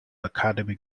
academic